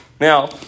Now